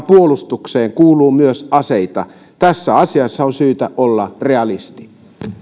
puolustukseen kuuluu myös aseita tässä asiassa on syytä olla realisti